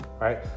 right